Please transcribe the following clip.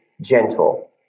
gentle